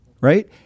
right